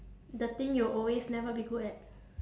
the thing you'll always never be good at